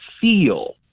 feel –